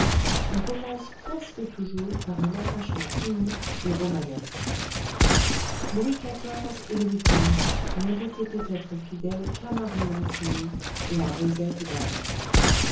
on commence presque toujours par un attachement unique et romanesque louis xiv et louis xv n'ont été peut-être fidèles qu'à marie mancini et à rosette d'arey